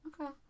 Okay